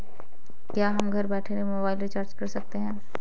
क्या हम घर बैठे मोबाइल रिचार्ज कर सकते हैं?